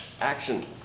Action